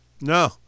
No